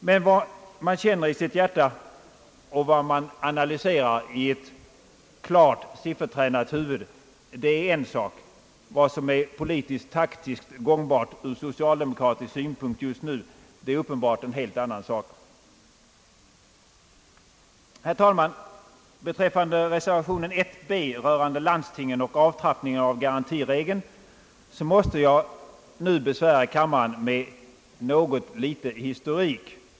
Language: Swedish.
Men vad man känner i sitt hjärta och analyserar i ett klart, siffertränat huvud är en sak — vad som po litisk-taktiskt framstår som gångbart ur socialdemokratisk synpunkt just nu är uppenbart en helt annan sak! Herr talman! När det gäller reservationen b rörande landstingen och avtrappningen av garantiregeln måste jag besvära kammaren med en liten historik.